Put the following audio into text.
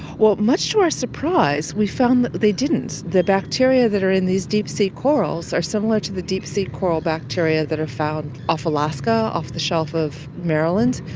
well, much to our surprise we found that they didn't. the bacteria that are in these deep sea corals are similar to the deep sea coral bacteria that are found off alaska, off the shelf of maryland,